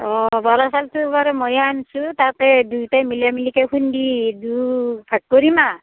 অ বৰা চাউলটো বাৰু ময়েই আনিছোঁ তাতে দুইটাই মিলাই মিলিকৈ খুন্দি দু ভাগ কৰিম আহ